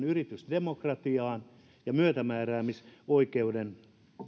yritysdemokratian ja myötämääräämisoikeuden